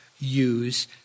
use